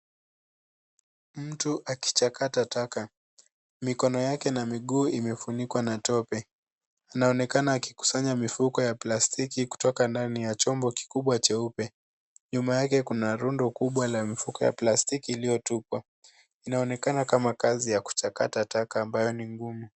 Mtu akichakata taka, mikono yake na miguu imefunikwa na tope. Anaonekana akikusanya mifuko ya plastiki kutoka ndani ya chombo kikubwa cheupe, Nyuma yake kuna rundo kubwa la mifuko ya plastiki iliyotupwa. Inaonekana kama kazi ya kuchakata taka ambayo ni ngumu.